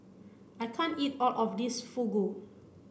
I can't eat all of this Fugu